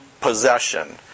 possession